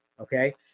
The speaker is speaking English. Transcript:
okay